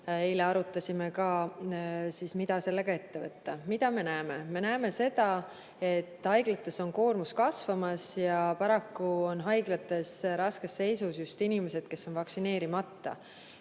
eile arutasime, mida sellega ette võtta. Mida me näeme? Me näeme, et haiglates on koormus kasvamas ja paraku on haiglates raskes seisus just inimesed, kes on vaktsineerimata.